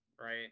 Right